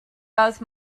both